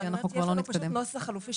לנו נוסח חלופי,